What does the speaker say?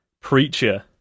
Preacher